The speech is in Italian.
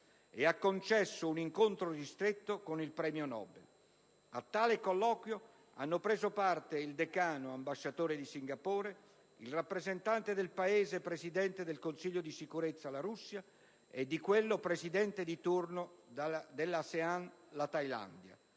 e ha concesso un incontro ristretto con il premio Nobel. A tale colloquio hanno preso parte il decano, ambasciatore di Singapore, il rappresentante del Paese presidente del Consiglio di sicurezza, la Russia, e di quello presidente di turno dell'ASEAN, la Thailandia.